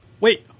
wait